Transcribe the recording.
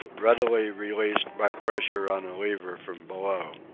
readily released by pressure on a lever from below.